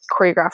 choreographed